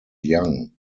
young